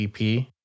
EP